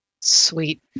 Sweet